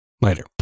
Later